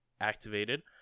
activated